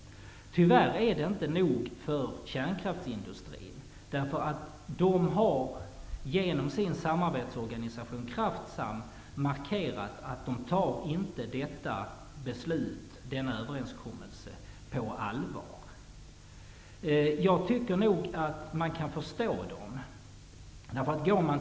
Tyvärr är det inte tillräckligt för kärnkraftsindustrin. Genom sin samarbetsorganisation Kraftsam har den markerat att den inte tar denna överenskommelse på allvar. Jag tycker nog att man kan förstå det.